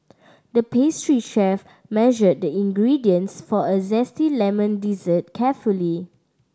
the pastry chef measured the ingredients for a zesty lemon dessert carefully